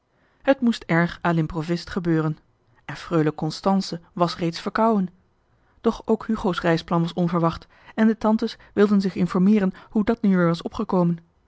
erg à l'improviste gebeuren en freule constance was reeds verkouden doch ook hugo's reisplan was onverwacht en de tantes wilden zich informeeren hoe dat nu weer was opgekomen